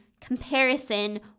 comparison